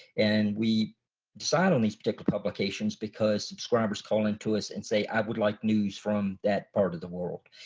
and we decide on these particular publications because subscribers calling to us and say i would like news from that part of the world.